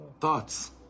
Thoughts